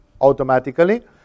automatically